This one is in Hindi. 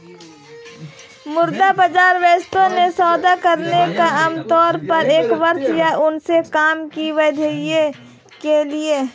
मुद्रा बाजार ऋणों में सौदा करता है आमतौर पर एक वर्ष या उससे कम की अवधि के लिए